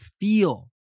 feel